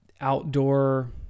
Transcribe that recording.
outdoor